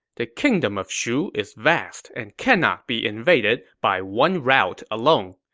the kingdom of shu is vast and cannot be invaded by one route alone.